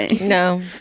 no